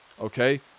Okay